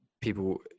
people